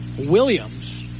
Williams